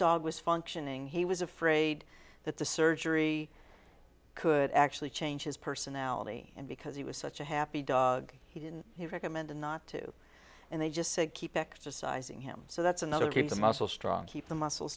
dog was functioning he was afraid that the surgery could actually change his personality and because he was such a happy dog he didn't he recommended not to they just said keep exercising him so that's another keep his muscles strong keep the muscles